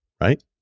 right